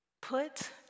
Put